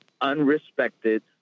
unrespected